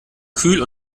kühl